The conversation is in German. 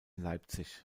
leipzig